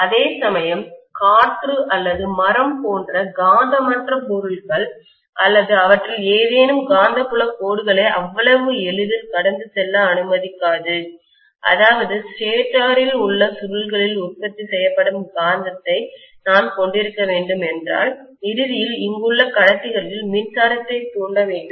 அதேசமயம் காற்று அல்லது மரம் போன்ற காந்தமற்ற பொருட்கள் அல்லது அவற்றில் ஏதேனும் காந்தப்புலக் கோடுகளை அவ்வளவு எளிதில் கடந்து செல்ல அனுமதிக்காது அதாவது ஸ்டேட்டரில் உள்ள சுருள்களில் உற்பத்தி செய்யப்படும் காந்தத்தை நான் கொண்டிருக்க வேண்டும் என்றால் இறுதியில் இங்குள்ள கடத்திகளில் மின்சாரத்தைத் தூண்ட வேண்டும்